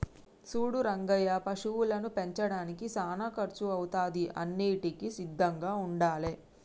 సూడు రంగయ్య పశువులను పెంచడానికి సానా కర్సు అవుతాది అన్నింటికీ సిద్ధంగా ఉండాలే